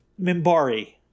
mimbari